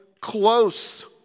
close